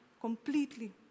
completely